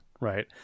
right